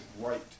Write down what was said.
right